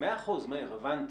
מאה אחוז, מאיר, הבנתי.